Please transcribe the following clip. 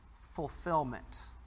fulfillment